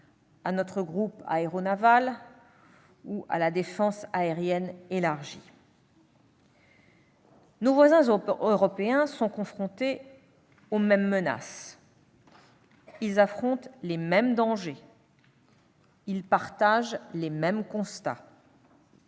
à notre groupe aéronaval ou à la défense aérienne élargie. Nos voisins européens sont confrontés aux mêmes menaces, affrontent les mêmes dangers et partagent les mêmes constats